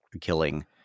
killing